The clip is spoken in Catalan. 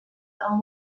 amb